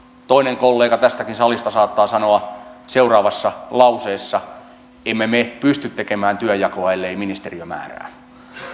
toinen kollega tästäkin salista saattaa sanoa seuraavassa lauseessa että emme me pysty tekemään työnjakoa ellei ministeriö määrää